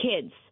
kids